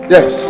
Yes